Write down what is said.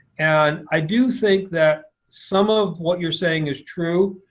and i do think that some of what you're saying is true.